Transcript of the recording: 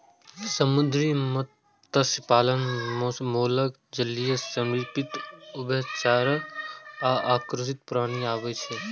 समुद्री मत्स्य पालन मे मोलस्क, जलीय सरिसृप, उभयचर आ अकशेरुकीय प्राणी आबै छै